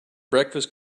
breakfast